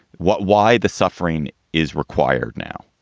what why the suffering is required now.